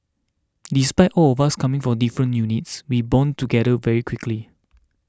despite all of us coming from different units we bonded together very quickly